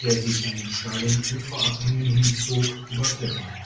der sich an den steilen uferabhängen hinzog tiberklettern